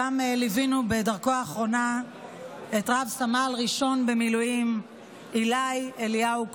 שם ליווינו בדרכו האחרונה את רב-סמל ראשון במילואים עילי אליהו כהן,